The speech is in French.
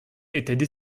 étaient